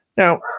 Now